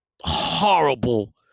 horrible